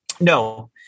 No